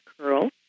curl